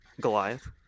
Goliath